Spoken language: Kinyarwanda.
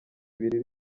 ibiri